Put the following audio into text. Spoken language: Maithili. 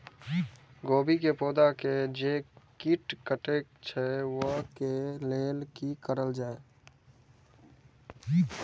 गोभी के पौधा के जे कीट कटे छे वे के लेल की करल जाय?